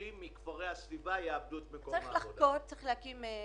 עובדים מכפרי הסביבה יאבדו את מקום העבודה שלהם.